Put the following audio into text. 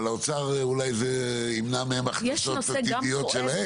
אבל האוצר אולי זה ימנע מהם הכנסות עתידיות שלהם,